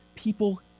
people